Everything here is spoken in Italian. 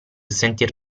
sentir